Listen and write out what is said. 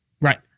Right